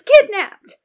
kidnapped